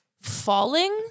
falling